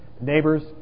neighbors